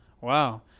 Wow